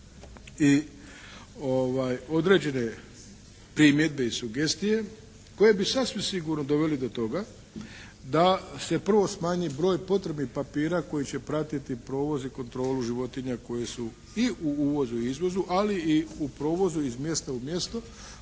i određene primjedbe i sugestije koje bi sasvim sigurno doveli do toga da se prvo smanji broj potrebnih papira koje će pratiti provoz i kontrolu životinja koje su i u uvozi i izvozu, ali i u provozu iz mjesta u mjesto,